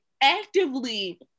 actively